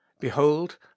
Behold